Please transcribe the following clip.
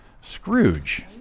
scrooge